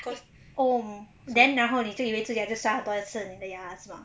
cause oh then 然后你就以为你就刷很多次你的牙是吧